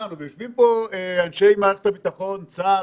יושבים פה אנשי מערכת הביטחון לשעבר וצה"ל,